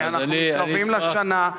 כי אנחנו מתקרבים לשנה,